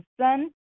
Son